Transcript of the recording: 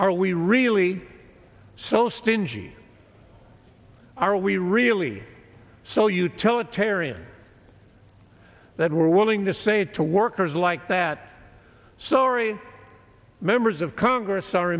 are we really so stingy are we really so utilitarian that we're willing to say it to workers like that sorry members of congress are